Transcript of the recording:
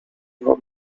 her